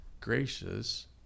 gracious